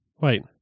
Wait